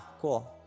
cool